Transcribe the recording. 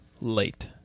late